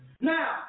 Now